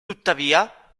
tuttavia